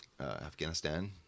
Afghanistan